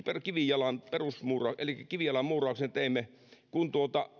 kivijalan eli kivijalan muurauksen teimme kun